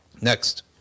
Next